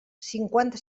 cinquanta